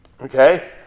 Okay